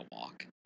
walk